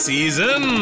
Season